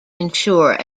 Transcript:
ensure